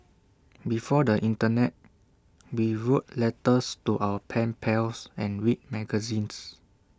before the Internet we wrote letters to our pen pals and read magazines